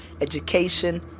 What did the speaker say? Education